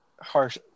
harsh